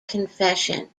confession